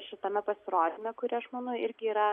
šitame pasirodyme kuri aš manau irgi yra